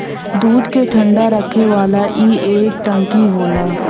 दूध के ठंडा रखे वाला ई एक टंकी होला